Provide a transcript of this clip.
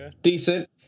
Decent